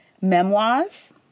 memoirs